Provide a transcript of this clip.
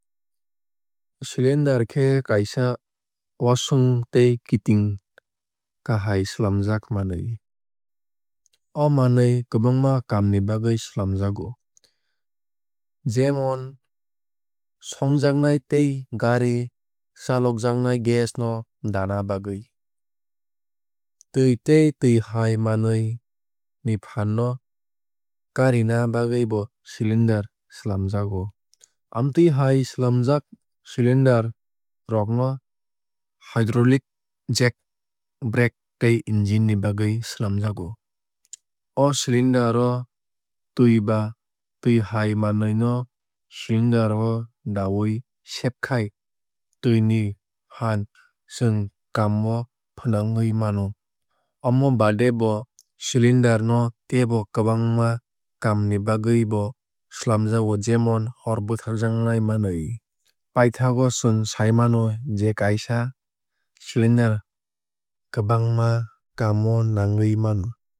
Cylinder khe kaisa wasung tei kiting khai swlamjak manwui. O manwui kwbangma kaam ni bagwui swlamjago jemon songjaknai tei gari chalokjaknai gas no dana bagwui. Twui tei twui hai manwui ni phaan no karina bagwui bo cylinder swlamjago. Amtwui hai swlamjak cylinder rok no khe hydraulic jack brake tei engine ni bagwui swlamjago. O cylinder o twui ba twui hai manwui no cylinder o dawui sebkhai twui ni phaan chwng kaam o fwnangwui mano. Amo baade bo cylinder no teibo kwbangma kaam ni bagwui bo swlamjago jemon hor bwtharjaknai manwui. Paithakgo chwng sai mano je kaisa cylinder kwbnagma kaam o nangwui mano.